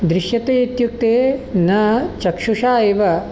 दृश्यते इत्युक्ते न चक्षुषा एव